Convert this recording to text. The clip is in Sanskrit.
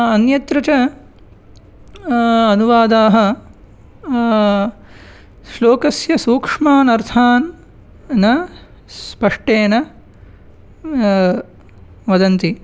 अन्यत्र च अनुवादाः श्लोकस्य सूक्ष्मान् अर्थान् न स्पष्टेन वदन्ति